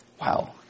Wow